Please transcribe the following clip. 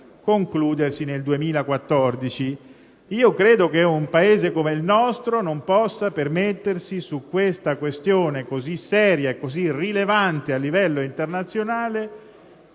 concludersi nel 2014. Credo che un Paese come il nostro non possa permettersi, su una questione così seria e rilevante a livello internazionale,